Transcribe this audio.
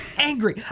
angry